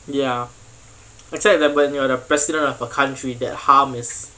ya except that when you're the president of a country that harm